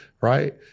Right